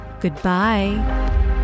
Goodbye